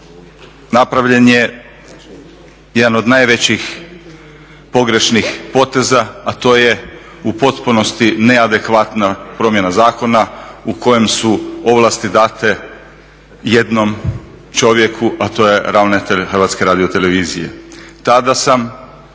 napravljen je jedan od najvećih pogrešnih poteza, a to je u potpunosti neadekvatna promjena zakona u kojem su ovlasti date jednom čovjeku, a to je ravnatelj HRT-a. Tada sam,